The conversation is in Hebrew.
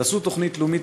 תעשו תוכנית לאומית.